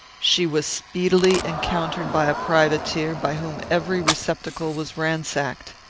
she was speedily encountered by a privateer, by whom every receptacle was ransacked.